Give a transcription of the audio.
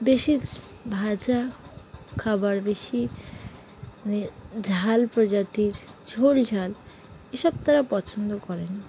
বেশি ভাজা খাবার বেশি মানে ঝাল প্রজাতির ঝোল ঝাল এসব তারা পছন্দ করেন